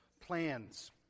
plans